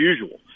usual